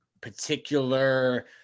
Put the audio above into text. particular